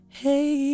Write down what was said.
hey